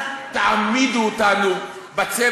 אל תעמידו אותנו בצל.